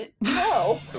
No